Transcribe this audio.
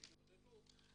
תתמודדו,